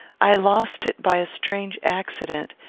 i lost it by a strange accident,